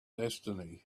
destiny